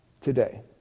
today